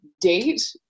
date